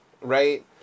right